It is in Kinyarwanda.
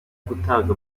gutabwa